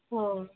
ହଁ